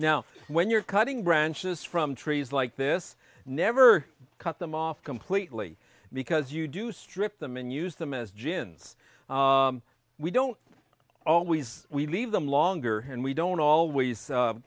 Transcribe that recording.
now when you're cutting branches from trees like this never cut them off completely because you do strip them and use them as gins we don't always we leave them longer and we don't